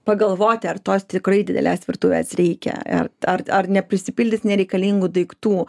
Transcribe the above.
pagalvoti ar tos tikrai didelės virtuvės reikia ar ar neprisipildys nereikalingų daiktų